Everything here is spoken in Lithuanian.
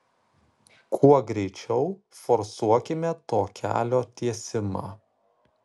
kuo greičiau forsuokime to kelio tiesimą